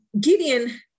Gideon